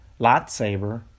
lightsaber